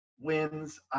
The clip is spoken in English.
wins